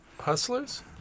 Hustlers